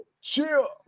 Chill